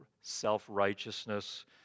self-righteousness